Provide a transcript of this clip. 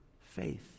faith